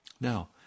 Now